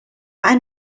ein